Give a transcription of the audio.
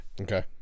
Okay